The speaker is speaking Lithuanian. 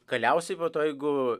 galiausiai po to jeigu